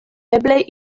eble